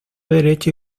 derecho